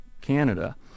Canada